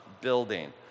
building